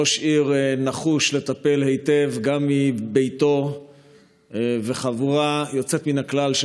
ראש עיר נחוש לטפל היטב גם מביתו וחבורה יוצאת מן הכלל של